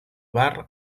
bar